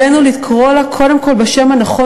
עלינו לקרוא לה קודם כול בשם הנכון,